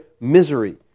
misery